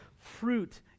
fruit